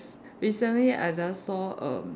recently I just saw erm